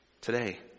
Today